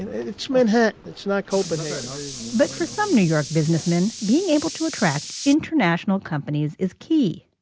it's manhattan. it's not copenhagen but for some new york businessmen, being able to attract international companies is key.